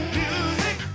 music